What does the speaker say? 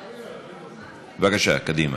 בבקשה,